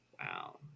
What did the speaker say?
Wow